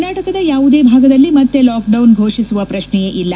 ಕರ್ನಾಟಕದ ಯಾವುದೇ ಭಾಗದಲ್ಲಿ ಮತ್ತೆ ಲಾಕ್ಡೌನ್ ಘೋಷಿಸುವ ಪ್ರಕ್ಷೆಯೇ ಇಲ್ಲ